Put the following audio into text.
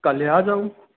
कल्हे आ जाउ